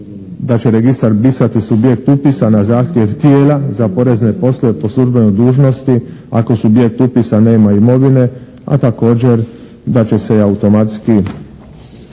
da će registar brisati subjekt upisa na zahtjev tijela za porezne poslove po službenoj dužnosti ako subjekt upisa nema imovine. A također da će se i automatski